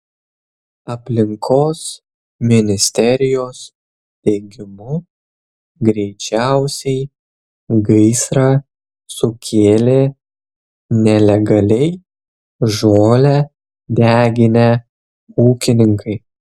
aplinkos ministerijos teigimu greičiausiai gaisrą sukėlė nelegaliai žolę deginę ūkininkai